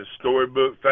storybook